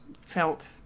felt